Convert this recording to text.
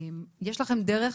יש לכם דרך